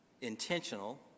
intentional